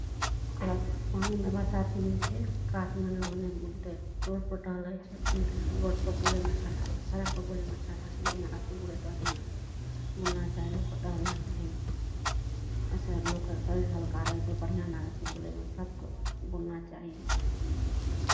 ओकर बाद पानिमे बरसातीमे जे छै कातमे लोक नहि बुलतै रोडपर टहलै छै नीक लागै छै रोडपर बुलैमे अच्छा लागै छै सड़कपर बुलैमे अच्छा लागै छै बढ़िआँ लागै छै बुलय टहलैमे बुलना चाही लोककेँ टहलना चाही ओहिसँ लोकके शरीर हलका रहै छै बढ़िआँ लागै छै बुलयमे सभकेँ बुलना चाही